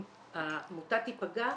אם העמותה תיפגע,